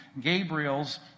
Gabriel's